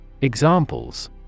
Examples